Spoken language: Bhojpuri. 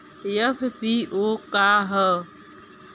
एफ.पी.ओ का ह?